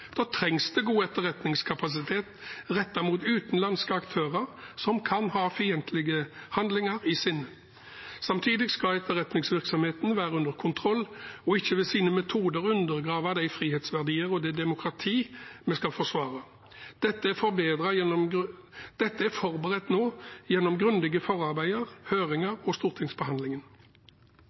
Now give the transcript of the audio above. Da trengs det god etterretningskapasitet rettet mot utenlandske aktører som kan ha fiendtlige handlinger i sinne. Samtidig skal etterretningsvirksomheten være under kontroll og ikke ved sine metoder undergrave de frihetsverdier og det demokrati vi skal forsvare. Dette er forberedt nå gjennom grundige forarbeider, høringer og stortingsbehandlingen.